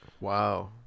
Wow